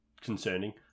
Concerning